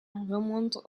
remonte